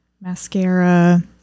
mascara